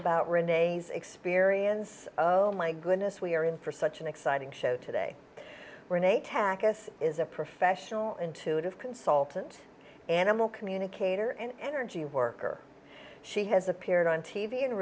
renee's experience oh my goodness we are in for such an exciting show today we're atack us is a professional intuitive consultant animal communicator and energy worker she has appeared on t v and